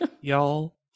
Y'all